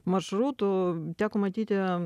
maršrutu teko matyti